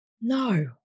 no